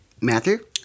Matthew